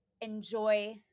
enjoy